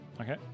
okay